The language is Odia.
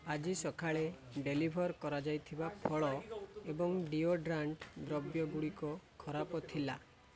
ଆଜି ସକାଳେ ଡେଲିଭର୍ କରାଯାଇଥିବା ଫଳ ଏବଂ ଡିଓଡ୍ରାଣ୍ଟ ଦ୍ରବ୍ୟ ଗୁଡ଼ିକ ଖରାପ ଥିଲା